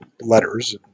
letters